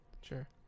sure